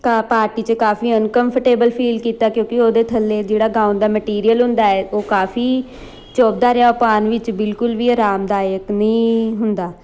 ਤਾਂ ਪਾਰਟੀ 'ਚ ਕਾਫ਼ੀ ਅਨਕੰਫਟੇਬਲ ਫੀਲ ਕੀਤਾ ਕਿਉਂਕਿ ਉਹਦੇ ਥੱਲੇ ਜਿਹੜਾ ਗਾਉਨ ਦਾ ਮਟੀਰੀਅਲ ਹੁੰਦਾ ਹੈ ਉਹ ਕਾਫ਼ੀ ਚੁੱਭਦਾ ਰਿਹਾ ਉਹ ਪਾਉਣ ਵਿੱਚ ਬਿਲਕੁਲ ਵੀ ਆਰਾਮਦਾਇਕ ਨਹੀਂ ਹੁੰਦਾ